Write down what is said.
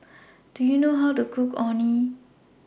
Do YOU know How to Cook Orh Nee